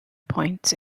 points